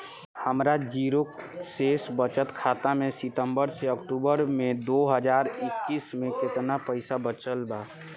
हमार जीरो शेष बचत खाता में सितंबर से अक्तूबर में दो हज़ार इक्कीस में केतना पइसा बचल बा?